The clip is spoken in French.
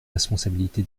responsabilité